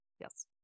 yes